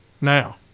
now